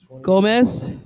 Gomez